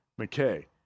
McKay